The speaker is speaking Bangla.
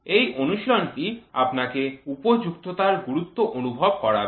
এই অনুশীলনটি আপনাকে উপযুক্ততার গুরুত্ব অনুভব করবে